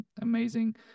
amazing